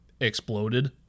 exploded